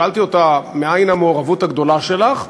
שאלתי אותה: מאין המעורבות הגדולה שלך?